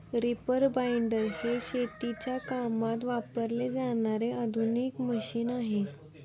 reaper binder हे शेतीच्या कामात वापरले जाणारे आधुनिक मशीन आहे